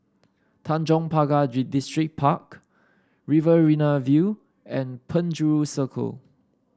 Tanjong Pagar Distripark Riverina View and Penjuru Circle